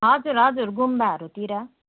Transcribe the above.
हजुर हजुर गुम्बाहरूतिर